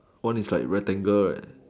one is like rectangle right